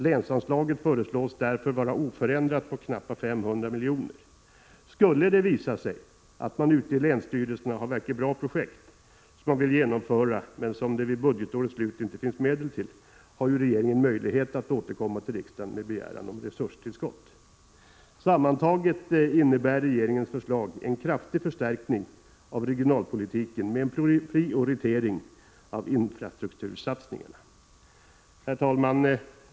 Länsanslagen föreslås därför vara oförändrade på knappt 500 milj.kr. Skulle det visa sig att man ute i länsstyrelserna har verkligt bra projekt, som man vill genomföra men som det vid budgetårets slut inte finns medel till, har ju regeringen möjlighet att återkomma till riksdagen med begäran om resurstillskott. Sammantaget innebär regeringens förslag en kraftig förstärkning av regionalpolitiken med en prioritering av infrastruktursatsningarna. Herr talman!